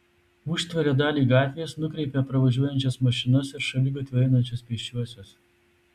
užtveria dalį gatvės nukreipia pravažiuojančias mašinas ir šaligatviu einančius pėsčiuosius